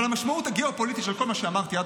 אבל המשמעות הגיאופוליטית של כל מה שאמרתי עד